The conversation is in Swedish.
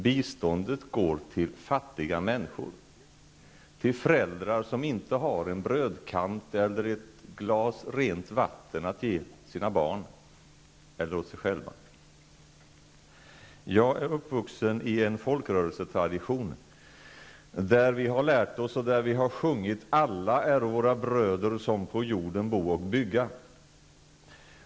Biståndet går till fattiga människor, till föräldrar som inte har en brödkant eller ett glas rent vatten att ge åt sina barn eller åt sig själva. Jag är uppvuxen i en folkrörelsetradition där vi har lärt oss, och där vi har sjungit, att ''alla äro våra bröder som på jorden bo och bygga''.